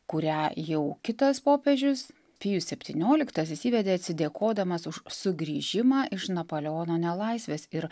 kurią jau kitas popiežius pijus septynioliktasis įvedė atsidėkodamas už sugrįžimą iš napoleono nelaisvės ir